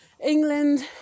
England